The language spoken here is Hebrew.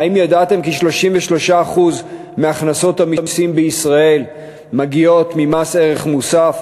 האם ידעתם כי 33% מהכנסות המסים בישראל מגיעים ממס ערך מוסף,